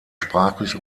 sprachlich